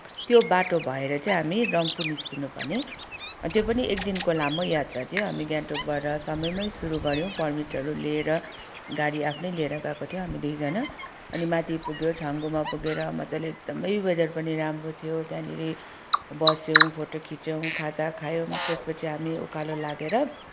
त्यो बाटो भएर चाहिँ हामी रम्फू निस्किनुपर्ने अनि त्यो पनि एकदिनको लामो यात्रा थियो हामी गान्तोकबाट समयमै सुरु गऱ्यौँ पर्मिट लिएर गाडी आफ्नै लिएर गएको थियौँ हामी दुईजना अनि माथि पुग्यौँ छाङ्गुमा पुगेर मजाले एकदमै वेदर पनि राम्रो थियो त्यहाँनिर बस्यौँ फोटो खिच्यौँ खाजा खायौँ त्यसपछि हामी उकालो लागेर